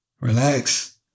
Relax